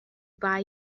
buy